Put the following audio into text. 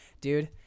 dude